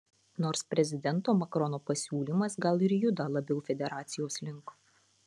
nors prezidento macrono pasiūlymas gal ir juda labiau federacijos link